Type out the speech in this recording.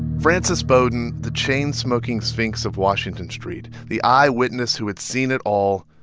frances bowden, the chain-smoking sphinx of washington street, the eyewitness who had seen it all,